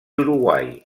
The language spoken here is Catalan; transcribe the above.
uruguai